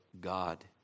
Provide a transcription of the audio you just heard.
God